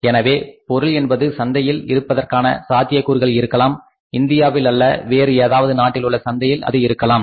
ஏற்கனவே பொருள் என்பது சந்தையில் இருப்பதற்கான சாத்தியக்கூறுகள் இருக்கலாம் இந்தியாவில் அல்ல வேறு ஏதாவது நாட்டிலுள்ள சந்தையில் அது இருக்கலாம்